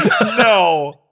no